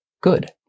good